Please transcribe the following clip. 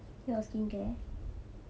your skin care